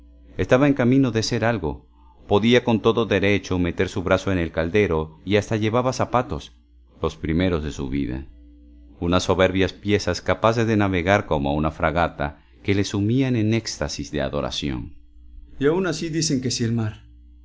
estaba en camino de ser algo podía con todo derecho meter su brazo en el caldero y hasta llevaba zapatos los primeros de su vida unas soberbias piezas capaces de navegar como una fragata que le sumían en éxtasis de adoración y aún dicen que si el mar